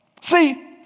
See